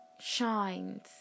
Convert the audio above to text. shines